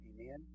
amen